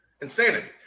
Insanity